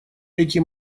эти